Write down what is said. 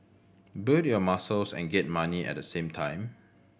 build your muscles and get money at the same time